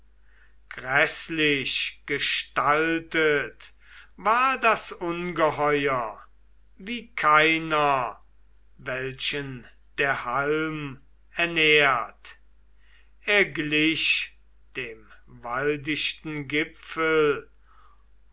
gräßlich gestaltet war das ungeheuer wie keiner welchen der halm ernährt er glich dem waldichten gipfel